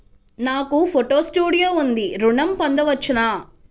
నాకు photo studio ఉంది ఋణం పొంద వచ్చునా?